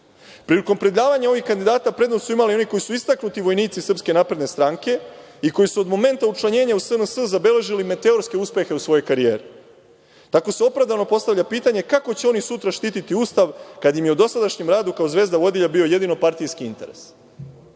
Prilikom predlaganja ovih kandidata prednost su imali oni koji su istaknuti vojnici Srpske napredne stranke i koji su od momenta učlanjenja u SNS zabeležili meteorske uspehe u svojoj karijeri. Tako se opravdano postavlja pitanje kako će oni sutra štiti Ustav kad im je u dosadašnjem radu kao zvezda vodilja bio jedino partijski interes? Stiče